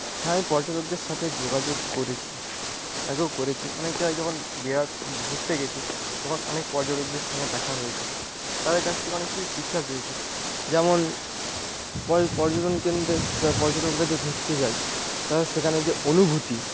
হ্যাঁ আমি পর্যটকদের সাথে যোগাযোগ করেছি আগেও করেছি অনেক জায়গায় যখন বেড়া ঘুরতে গেছি তখন অনেক পর্যটকদের সঙ্গে দেখা হয়েছে তাদের কাছ থেকে অনেক কিছু শিক্ষা পেয়েছি যেমন পর্যটন কেন্দ্রে পর্যটকরা যে ঘুরতে যায় তাদের সেখানে যে অনুভূতি